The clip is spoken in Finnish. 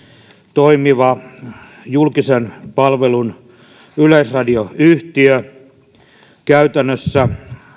toimiva julkisen palvelun yleisradioyhtiö käytännössä